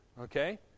Okay